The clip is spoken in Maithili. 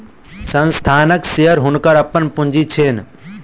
संस्थानक शेयर हुनकर अपन पूंजी छैन